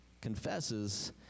confesses